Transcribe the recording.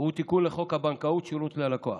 הבנקאות (שירות ללקוח).